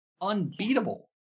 unbeatable